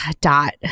dot